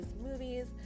movies